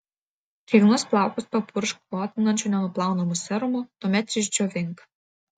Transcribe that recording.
drėgnus plaukus papurkšk glotninančiu nenuplaunamu serumu tuomet išdžiovink